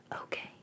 okay